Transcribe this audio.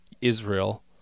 Israel